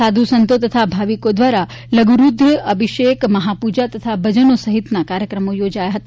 સાધુ સંતો તથા ભાવિકો દ્વારા લઘુરૂદ્ર અભિષેક મહાપૂજા તથા ભજનો સહિતના કાર્યક્રમો યોજાયા હતા